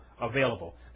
available